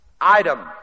item